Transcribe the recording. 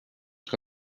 que